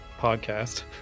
podcast